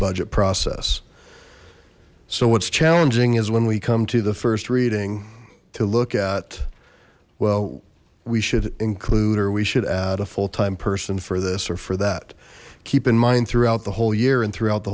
budget process so what's challenging is when we come to the first reading to look at well we should include or we should add a full time person for this or for that keep in mind throughout the whole year and throughout the